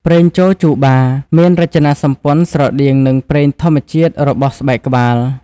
ប្រេងចូជូបា មានរចនាសម្ព័ន្ធស្រដៀងនឹងប្រេងធម្មជាតិរបស់ស្បែកក្បាល។